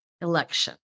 election